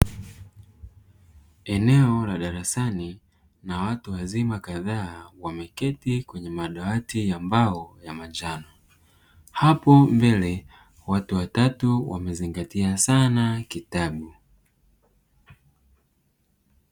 Eneo la darasani, lina watu wazima kadhaa wameketi kwenye madawati ya mbao ya manjano. Hapo mbele watu watatu wamezingatia sana kitabu.